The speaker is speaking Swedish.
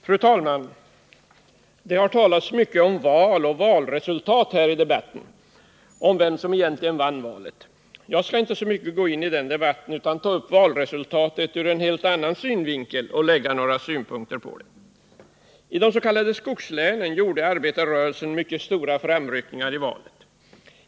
Fru talman! Det har talats mycket om val och valresultat här i debatten och om vem som egentligen vann valet. Jag skall inte så mycket gå in i den debatten utan ta upp valresultatet ur en helt annan synvinkel och lägga några synpunkter på det. I des.k. skogslänen gjorde arbetarrörelsen mycket stora framryckningar i valet.